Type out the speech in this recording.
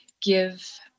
give